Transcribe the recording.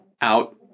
out